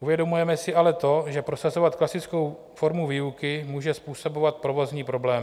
Uvědomujeme si ale to, že prosazovat klasickou formu výuky může způsobovat provozní problémy.